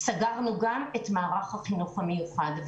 סגרנו גם את מערך החינוך המיוחד.